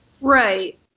right